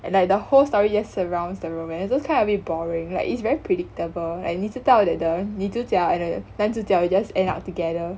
and like the whole story just surrounds the romance those kind a bit boring like it's very predictable and 你知道 that the 女主角 and the 男主角 just end up together